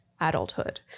adulthood